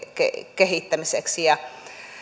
kehittämiseksi